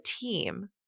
team